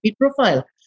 profile